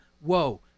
whoa